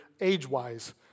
age-wise